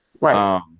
right